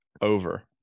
over